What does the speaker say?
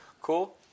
Cool